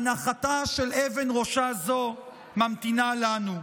הנחתה של אבן ראשה זו ממתינה לנו.